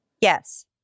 Yes